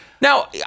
Now